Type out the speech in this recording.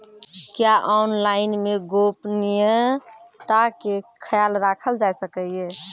क्या ऑनलाइन मे गोपनियता के खयाल राखल जाय सकै ये?